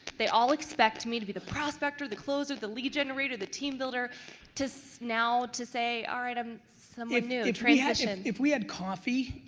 they all expect me to be the prospector, the closer, of the lead generator, the team builder just so now to say all right i'm someone new, transition. if we had coffee.